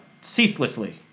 ceaselessly